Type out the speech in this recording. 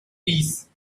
peace